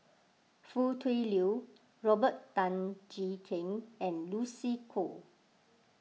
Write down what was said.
Foo Tui Liew Robert Tan Jee Keng and Lucy Koh